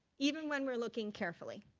even when we're looking carefully.